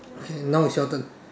okay now is your turn